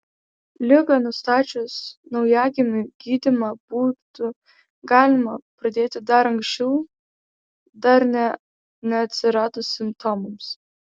ligą nustačius naujagimiui gydymą būtų galima pradėti dar anksčiau dar nė neatsiradus simptomams